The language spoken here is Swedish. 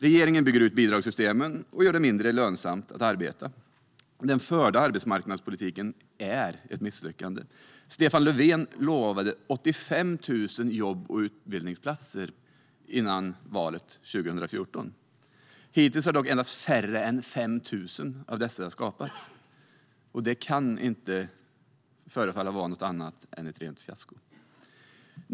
Regeringen bygger ut bidragssystemen och gör det mindre lönsamt att arbeta. Den förda arbetsmarknadspolitiken är ett misslyckande. Stefan Löfven lovade 85 000 jobb och utbildningsplatser före valet 2014. Hittills har endast färre än 5 000 av dessa skapats. Det kan inte förefalla vara något annat än ett rent fiasko.